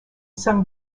sung